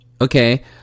Okay